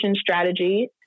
strategy